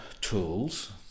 tools